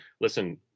listen